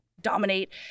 dominate